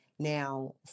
Now